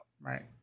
Right